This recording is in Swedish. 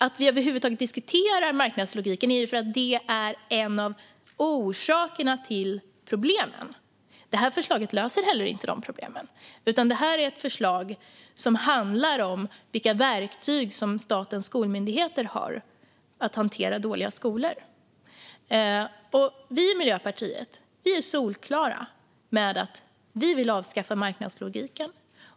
Att vi över huvud taget diskuterar marknadslogiken beror på att den är en av orsakerna till problemen. Det här förslaget löser inte heller de problemen, utan det här är ett förslag som handlar om vilka verktyg statens skolmyndigheter har för att hantera dåliga skolor. Vi i Miljöpartiet är solklara med att vi vill avskaffa marknadslogiken.